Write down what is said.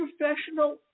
professional